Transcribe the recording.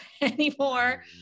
anymore